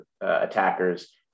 attackers